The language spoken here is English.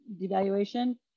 devaluation